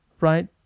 right